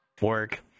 work